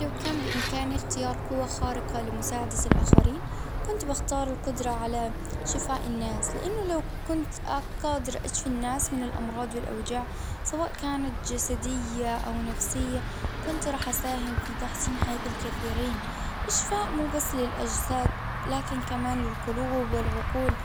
لو كان بامكاني اختيار قوة خارقة لمساعدة الاخرين. كنت باختار القدرة على شفاء الناس لانه لو كنت قادر اشفي الناس من الامراض والاوجاع. سواء كانت جسدية او نفسية. كنت راح اساهم في تحسين حياة الكثيرين. اسراء مبارك للاجساد. لكن القلوب والعقول.